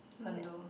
condo